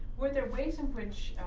were there ways in which